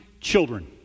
children